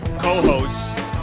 co-hosts